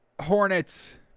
Hornets